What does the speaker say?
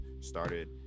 started